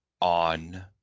on